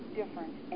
different